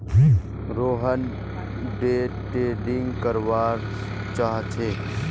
Sohan day trading करवा चाह्चे